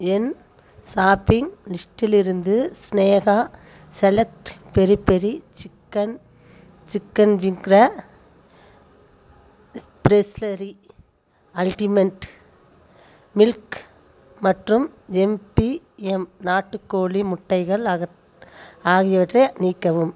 என் shopping லிஸ்டிலிருந்து Sneha select peri peri chicken chicken விங்ல ப்ரெஸ்லரி அல்டிமெண்ட் மில்க் மற்றும் எம்பிஎம் நாட்டுக் கோழி முட்டைகள் அக ஆகியவற்றை நீக்கவும்